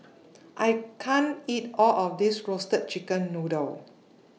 I can't eat All of This Roasted Chicken Noodle